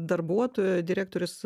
darbuotoja direktorės